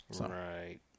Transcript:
Right